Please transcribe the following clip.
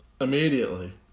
immediately